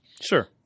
Sure